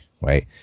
right